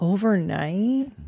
Overnight